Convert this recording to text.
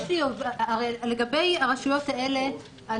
הרי לגבי הרשויות האלה,